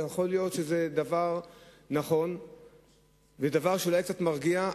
יכול להיות שזה נכון ודבר שאולי קצת מרגיע,